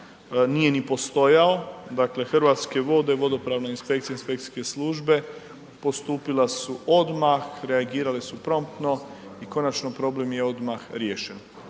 nije ni postojao, dakle Hrvatske vode, vodopravna inspekcija, inspekcijske službe postupile su odmah, reagirale su promptno i konačno problem je odmah riješen.